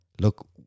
look